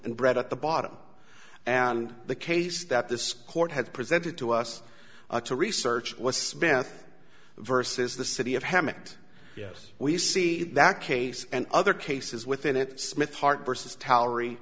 and bread at the bottom and the case that this court has presented to us to research was spent versus the city of hammocks yes we see that case and other cases within it smith heart versus tolerate